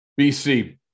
BC